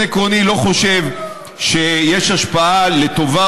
עקרונית אני לא חושב שיש השפעה לטובה